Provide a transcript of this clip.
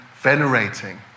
venerating